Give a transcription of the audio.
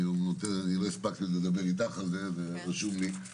עוד לא הספקתי לדבר אתך על זה אבל הוא חשוב לי.